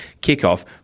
kickoff